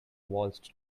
waltzed